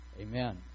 Amen